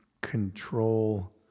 control